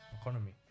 economy